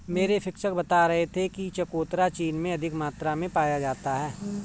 मेरे शिक्षक बता रहे थे कि चकोतरा चीन में अधिक मात्रा में पाया जाता है